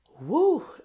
woo